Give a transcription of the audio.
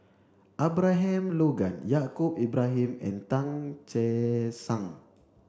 Abraham Logan Yaacob Ibrahim and Tan Che Sang